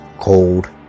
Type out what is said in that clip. cold